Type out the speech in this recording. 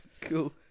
cool